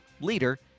leader